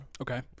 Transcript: Okay